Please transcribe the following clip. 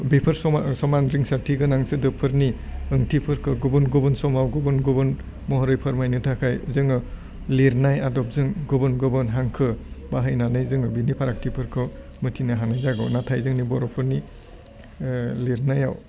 बेफोर समा समान रिंसारथि गोनां सोदोबफोरनि ओंथिफोरखौ गुबुन गुबुन समाव गुबुन गुबुन महरै फोरमायनो थाखाय जोङो लिरनाय आदबजों गुबुन गुबुन हांखो बाहायनानै जोङो बिदि फारागथिफोरखौ मोथिनो हानाय जागौ नाथाय जोंनि बर'फोरनि लिरनायाव